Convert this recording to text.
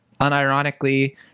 Unironically